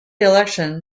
election